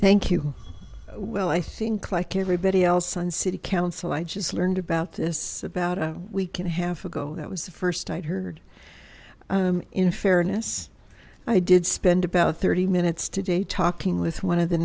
thank you well i think like everybody else sun city council i just learned about this about a week and a half ago that was the first i'd heard in fairness i did spend about thirty minutes today talking with one of the